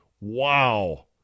Wow